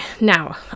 now